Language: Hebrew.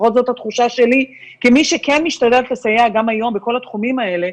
לפחות זאת התחושה שלי כמי שכן משתדלת לסייע גם היום בכל התחומים האלה,